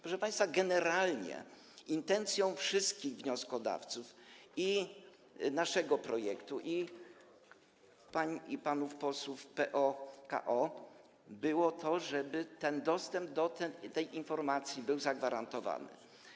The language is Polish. Proszę państwa, generalnie intencją wszystkich wnioskodawców, i wnioskodawców naszego projektu, i pań i panów posłów PO-KO, było to, żeby dostęp do tej informacji był zagwarantowany.